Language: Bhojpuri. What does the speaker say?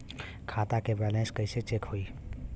खता के बैलेंस कइसे चेक होई?